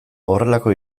horrelako